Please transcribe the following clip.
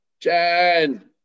Jen